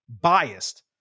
biased